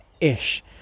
ish